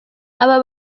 aba